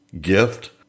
gift